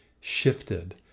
shifted